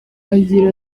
agira